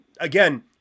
Again